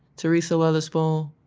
teresa witherspoon,